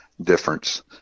difference